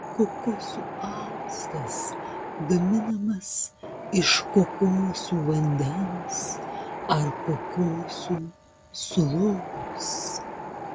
kokosų actas gaminamas iš kokosų vandens ar kokosų sulos